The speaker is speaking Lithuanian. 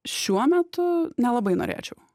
šiuo metu nelabai norėčiau